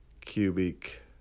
cubic